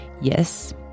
Yes